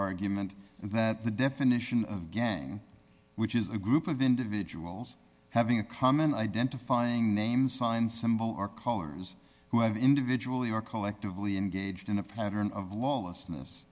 argument and that the definition of gang which is a group of individuals having a common identifying name sign symbol or callers who have individual who are collectively engaged in a pattern of lawlessness